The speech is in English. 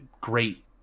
great